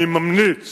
סגן השר, אני ממליץ